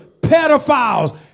pedophiles